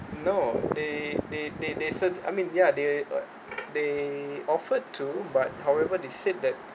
no they they they they said I mean yeah they like they offered to but however they said that